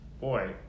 boy